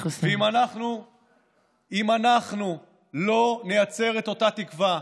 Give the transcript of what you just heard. אם אנחנו לא נייצר את אותה תקווה,